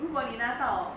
如果你拿到